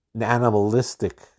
animalistic